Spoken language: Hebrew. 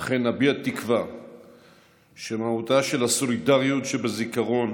ואכן אביע תקווה שמהותה של הסולידריות שבזיכרון